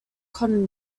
cotton